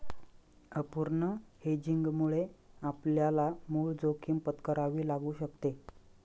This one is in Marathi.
अपूर्ण हेजिंगमुळे आपल्याला मूळ जोखीम पत्करावी लागू शकते